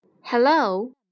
Hello